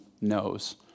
knows